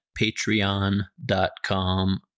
patreon.com